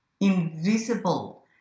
invisible